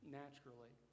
naturally